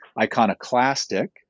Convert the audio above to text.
iconoclastic